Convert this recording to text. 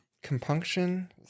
Compunction